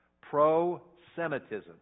pro-Semitism